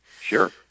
Sure